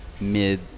mid